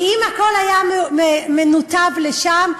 כי אם הכול היה מנותב לשם,